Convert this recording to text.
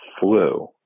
flu